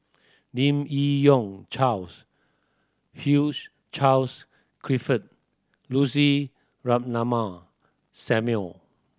Lim Yi Yong Charles Hugh Charles Clifford Lucy Ratnammah Samuel